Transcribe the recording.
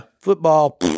Football